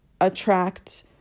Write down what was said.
attract